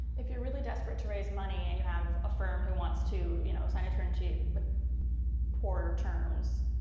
if you're really desperate to raise money and you have ah firm who wants to, you know, sign a term sheet with poor terms,